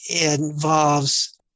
involves